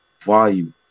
value